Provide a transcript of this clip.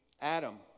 Adam